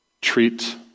treat